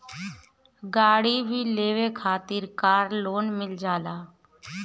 गाड़ी भी लेवे खातिर कार लोन मिल जाला